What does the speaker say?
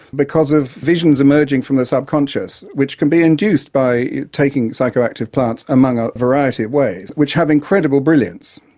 because of visions emerging from the subconscious, which can be induced by taking psychoactive plants among a variety of ways, which have incredible brilliance.